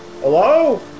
Hello